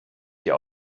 dir